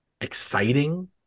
exciting